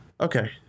okay